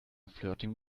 flirting